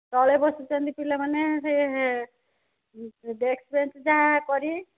ତଳେ ବସୁଛନ୍ତି ପିଲାମାନେ ସେ ଡେସ୍କ୍ ବେଞ୍ଚ୍ ଯାହା କରି